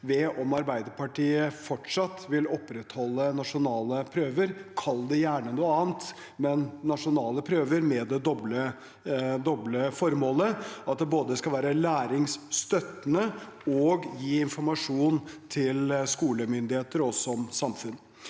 ved om Arbeiderpartiet fortsatt vil opprettholde nasjonale prøver – kall det gjerne noe annet – med det doble formålet å både være læringsstøttende og gi informasjon til skolemyndigheter og oss